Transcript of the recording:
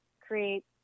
create